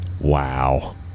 Wow